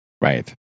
right